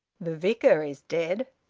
the vicar is dead.